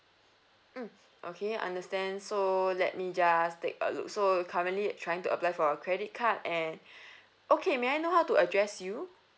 mm okay understand so let me just take a look so currently trying to apply for a credit card and okay may I know how to address you